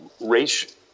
race